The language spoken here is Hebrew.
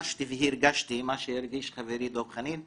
חשתי והרגשתי מה שהרגיש חברי דב חנין,